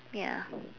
ya